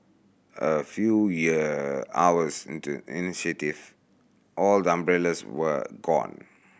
a few year hours into initiative all umbrellas were gone